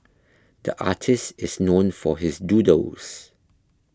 the artist is known for his doodles